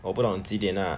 我不懂几点 lah